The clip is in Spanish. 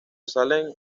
salen